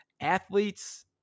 athletes